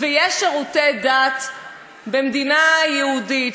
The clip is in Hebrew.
ויש שירותי דת במדינה יהודית,